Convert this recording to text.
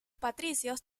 patricios